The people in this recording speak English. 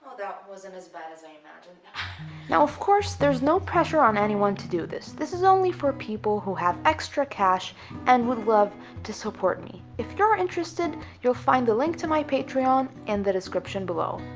that wasn't as bad as i imagined now, of course, there's no pressure on anyone to do this this is only for people who have extra cash and would love to support me if you're interested you'll find the link to my patreon in and the description below